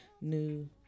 new